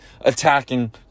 attacking